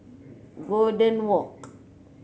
Golden Walk